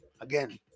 again